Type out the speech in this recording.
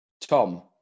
Tom